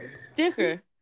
sticker